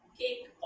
cake